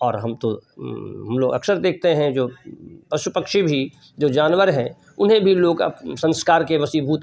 और हम तो हम लोग अक्सर देखते हैं जो पशु पक्षी भी जो जानवर हैं उन्हें भी लोग अब संस्कार के वशीभूत